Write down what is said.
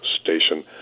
station